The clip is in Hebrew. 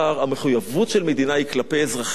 המחויבות של מדינה היא כלפי אזרחיה,